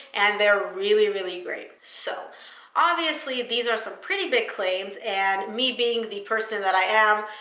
and they're really, really great. so obviously, these are some pretty big claims. and me being the person that i am,